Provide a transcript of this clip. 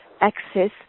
access